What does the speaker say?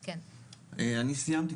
אני סיימתי.